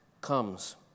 comes